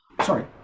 sorry